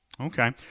Okay